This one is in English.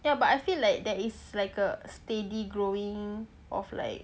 ya but I feel like there is like a steady growing of like